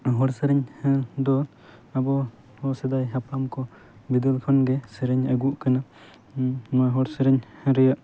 ᱦᱚᱲ ᱥᱮᱨᱮᱧ ᱦᱮᱸ ᱫᱚ ᱟᱵᱚ ᱥᱮᱫᱟᱭ ᱦᱟᱯᱲᱟᱢ ᱠᱚ ᱵᱤᱫᱟᱹᱞ ᱠᱷᱚᱱ ᱜᱮ ᱥᱮᱨᱮᱧ ᱟᱹᱜᱩᱜ ᱠᱟᱱᱟ ᱱᱚᱣᱟ ᱦᱚᱲ ᱥᱮᱨᱮᱧ ᱨᱮᱭᱟᱜ